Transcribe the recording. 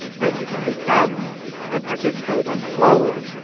that you can become and participate and flow with,